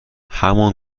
همان